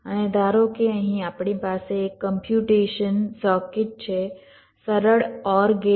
અને ધારો કે અહીં આપણી પાસે એક કમ્પ્યુટેશન સર્કિટ છે સરળ OR ગેટ